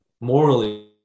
morally